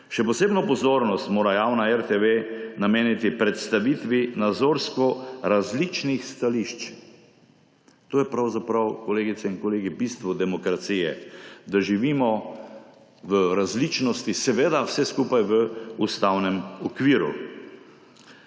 Še posebno pozornost mora javna RTV nameniti predstavitvi nazorsko različnih stališč. To je pravzaprav, kolegice in kolegi, bistvo demokracije − da živimo v različnosti, seveda vse skupaj v ustavnem okviru.